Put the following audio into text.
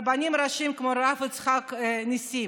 רבנים ראשיים כמו הרב יצחק ניסים,